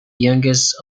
youngest